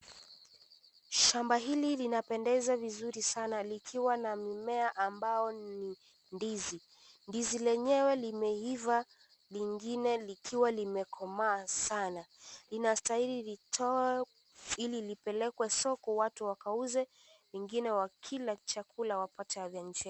Shamba hili linapendeza vizuri sana likiwa na mimea ambao ni ndizi, ndizi lenyewe limeiva, lingine likiwa limekomaa sana. Inastahili litoe ili lipelekwe soko, watu wakauze, ingine wakila chakula wapate afya njema.